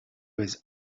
was